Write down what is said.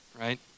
right